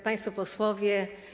Państwo Posłowie!